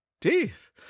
teeth